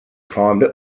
climbed